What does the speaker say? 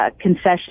concession